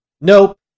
nope